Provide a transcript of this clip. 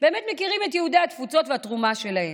באמת מכירים את יהודי התפוצות ואת התרומה שלהם,